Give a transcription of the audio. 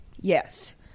yes